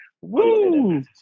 Woo